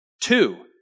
Two